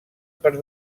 per